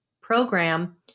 program